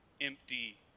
empty